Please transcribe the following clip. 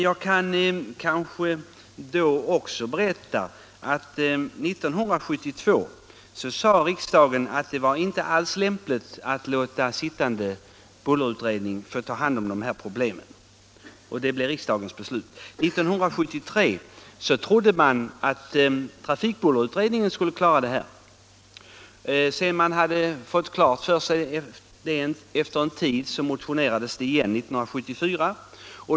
Jag kan också berätta att 1972 ansåg man att det inte alls var lämpligt att låta den sittande bullerutredningen ta hand om dessa problem, och det blev riksdagens beslut. 1973 trodde man att trafikbullerutredningen skulle klara det här. Det motionerades på nytt 1974.